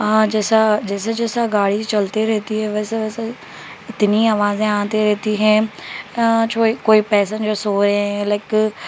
جیسا جیسے جیسے گاڑی چلتے رہتی ہے ویسے ویسے اتنی آوازیں آتی رہتی ہیں جو کوئی پیسینجر سو رہے ہیں لائک